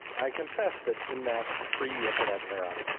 i confess that in that pre-internet era,